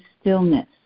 stillness